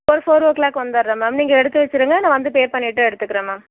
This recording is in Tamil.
ஒரு ஃபோர் ஓ க்ளாக் வந்துடுறேன் மேம் நீங்கள் எடுத்து வச்சுடுங்க நான் வந்து பே பண்ணிட்டு எடுத்துக்கிறேன் மேம்